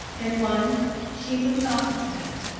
than one she would not have had,